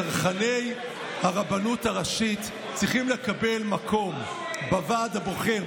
צרכני הרבנות הראשית צריכים לקבל מקום בוועד הבוחר,